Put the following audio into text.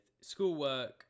schoolwork